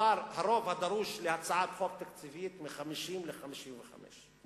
הרוב הדרוש לקבלת הצעת חוק תקציבית מ-50 ל-55.